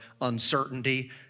uncertainty